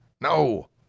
No